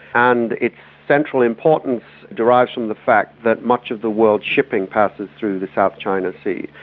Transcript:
and its central importance derives from the fact that much of the world's shipping passes through the south china sea,